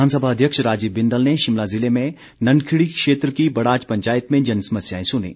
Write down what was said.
विधानसभा अध्यक्ष राजीव बिंदल ने शिमला ज़िले में ननखड़ी क्षेत्र की बड़ाच पंचायत में जनसमस्याएं सुनीं